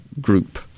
group